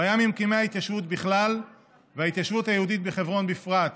הוא היה ממקימי ההתיישבות בכלל וההתיישבות היהודית בחברון בפרט,